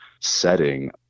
setting